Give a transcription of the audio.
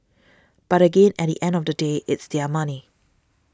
but again at the end of the day it's their money